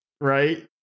right